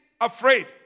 afraid